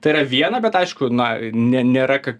tai yra viena bet aišku na ne nėra kad